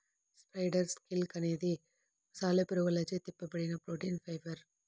spider silk అనేది సాలెపురుగులచే తిప్పబడిన ప్రోటీన్ ఫైబర్